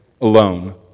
alone